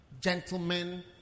gentlemen